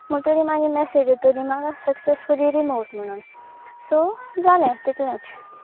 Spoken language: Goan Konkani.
म्हणटरी मागीर मॅसेज येतली म्हाका सक्सेसफुली रिमुव्ड म्हणून सो जालें तितलेंच